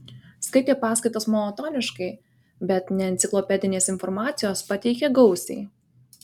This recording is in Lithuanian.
skaitė paskaitas monotoniškai bet neenciklopedinės informacijos pateikė gausiai